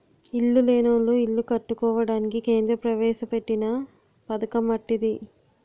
ఇల్లు లేనోళ్లు ఇల్లు కట్టుకోవడానికి కేంద్ర ప్రవేశపెట్టిన పధకమటిది